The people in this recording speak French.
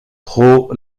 trop